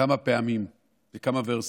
כמה פעמים בכמה ורסיות.